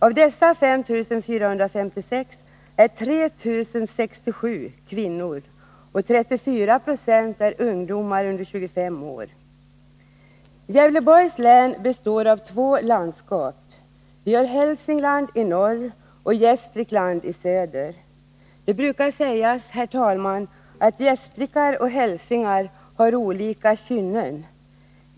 Av dessa 5 456 är 3 067 kvinnor, och 34 26 är ungdomar under 25 år. Gävleborgs län består av två landskap — vi har Hälsingland i norr och Gästrikland i söder. Det brukar sägas, herr talman, att gästrikar och hälsingar har olika kynnen.